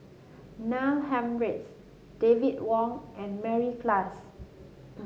Neil Humphreys David Wong and Mary Klass